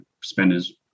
spenders